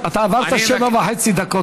אתה עברת שבע וחצי דקות,